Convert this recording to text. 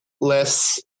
less